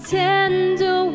tender